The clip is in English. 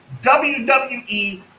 WWE